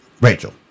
rachel